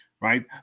right